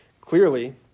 clearly